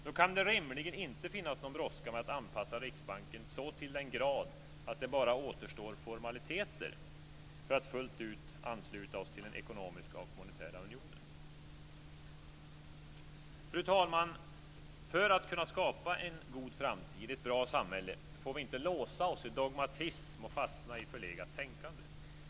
Då kan det rimligen inte finnas någon brådska med att anpassa Riksbanken så till den grad att det bara återstår formaliteter för att fullt ut ansluta oss till den ekonomiska och monetära unionen. Fru talman! För att kunna skapa en god framtid, ett bra samhälle, får vi inte låsa oss i dogmatism och fastna i förlegat tänkande.